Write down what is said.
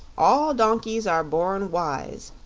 all donkeys are born wise,